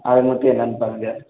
அதை மட்டும் என்னென்னு பாருங்கள்